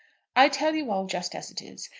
i tell you all just as it is,